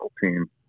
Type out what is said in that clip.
team